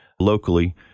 locally